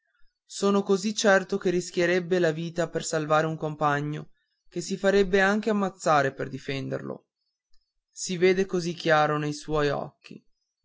sono così certo che rischierebbe la vita per salvare un compagno che si farebbe anche ammazzare per difenderlo si vede così chiaro nei suoi occhi